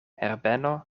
herbeno